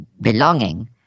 belonging